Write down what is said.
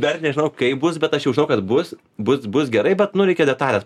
dar nežinau kaip bus bet aš jau žinau kad bus bus bus gerai bet nu reikia detales